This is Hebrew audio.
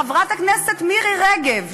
חברת הכנסת מירי רגב,